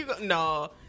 no